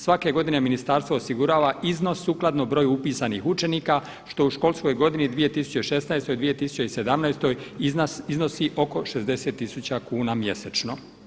Svake godine ministarstvo osigurava iznos sukladno broju upisanih učenika što u školskoj godini 2016.-2017. iznosi oko 60 tisuća kuna mjesečno.